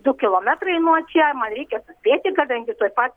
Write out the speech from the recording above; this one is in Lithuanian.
du kilometrai nuo čia man reikia suspėti kadangi tuoj pat